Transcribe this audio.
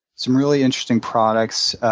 some really interesting products,